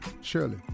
Shirley